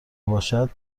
باشد